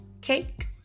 cake